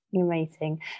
Amazing